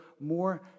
more